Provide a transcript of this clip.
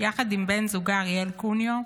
יחד עם בן זוגה אריאל קוניו.